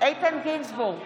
איתן גינזבורג,